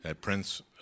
Prince